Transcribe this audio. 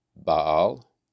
Baal